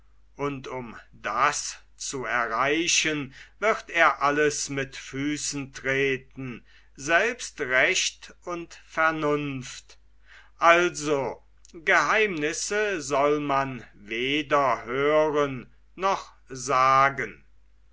und um das zu erreichen wird er alles mit füßen treten selbst recht und vernunft also geheimnisse soll man weder hören noch sagen